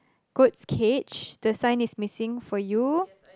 goat's cage the sign is missing for you